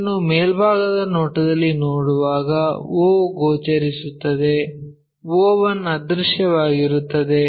ಇದನ್ನು ಮೇಲ್ಭಾಗದ ನೋಟದಲ್ಲಿ ನೋಡುವಾಗ o ಗೋಚರಿಸುತ್ತದೆ o1 ಅದೃಶ್ಯವಾಗಿರುತ್ತದೆ